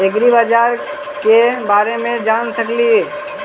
ऐग्रिबाजार के बारे मे जान सकेली?